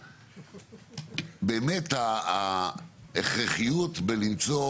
אבל באמת, ההכרחיות בלמצוא